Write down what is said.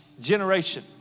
generation